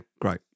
great